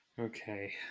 Okay